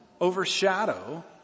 overshadow